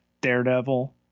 daredevil